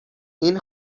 این